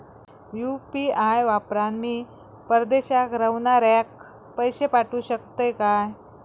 UPI वापरान मी परदेशाक रव्हनाऱ्याक पैशे पाठवु शकतय काय?